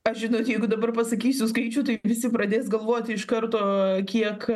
aš žinot jeigu dabar pasakysiu skaičių tai visi pradės galvoti iš karto kiek